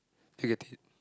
do you get it